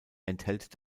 enthält